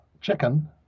chicken